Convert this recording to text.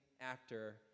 actor